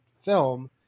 film